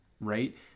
right